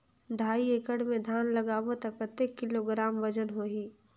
ढाई एकड़ मे धान लगाबो त कतेक किलोग्राम वजन होही?